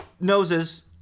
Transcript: Noses